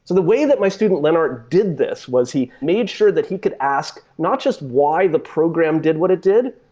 the way that my student, leonard, did this was he made sure that he could ask not just why the program did what it did,